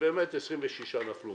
באמת נפלו 26 מפיגומים,